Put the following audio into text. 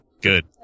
Good